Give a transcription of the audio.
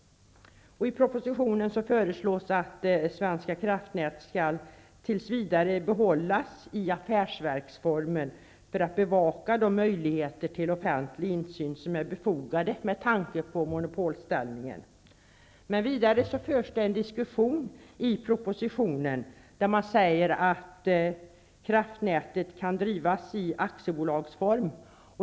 I propositionen föreslås det att Svenska kraftnät tills vidare skall behållas i affärsverksformen för att man skall kunna bevaka möjligheterna till den offentliga insyn som är befogad med tanke på monopolställningen. Det förs dock en diskussion i propositionen, där man säger att Kraftnät kan drivas i aktiebolagsform.